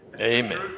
Amen